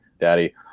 daddy